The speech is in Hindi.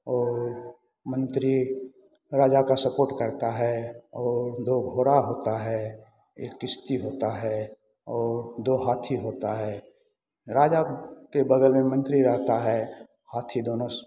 और मंत्री राजा का सपोर्ट करता है और दो घोड़ा होता है एक किसती होता है और दो हाथी होता है राजा के बगल में मंत्री रहता है हाथी दोनों